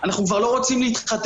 זה לא רק זוג שמתחתן.